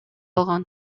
алган